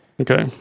okay